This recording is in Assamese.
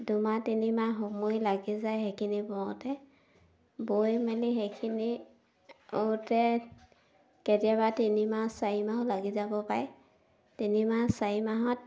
দুমাহ তিনিমাহ সময় লাগি যায় সেইখিনি বওঁতে বৈ মেলি সেইখিনি উতে কেতিয়াবা তিনিমাহ চাৰি মাহো লাগি যাব পাৰে তিনিমাহ চাৰি মাহত